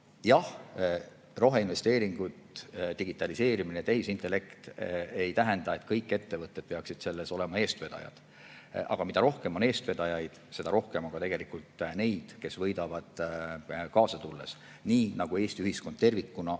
roheinvesteeringud, digitaliseerimine, tehisintellekt ei tähenda, et kõik ettevõtted peaksid selles olema eestvedajad. Aga mida rohkem on eestvedajaid, seda rohkem on ka tegelikult neid, kes võidavad kaasa tulles, nii nagu Eesti ühiskond tervikuna